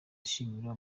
ashima